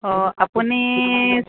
অঁ আপুনি